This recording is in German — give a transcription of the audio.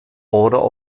order